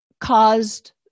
caused